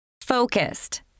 Focused